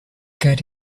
got